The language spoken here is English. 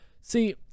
see